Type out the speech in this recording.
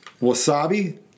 wasabi